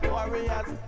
Warriors